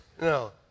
no